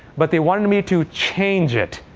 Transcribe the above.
but they wanted me to change it.